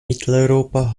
mitteleuropa